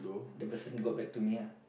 the person got back to me ah